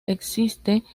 existe